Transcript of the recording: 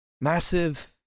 massive